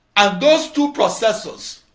and those two processors